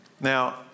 now